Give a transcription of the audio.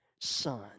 Son